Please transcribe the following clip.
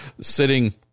sitting